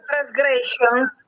Transgressions